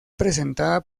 presentada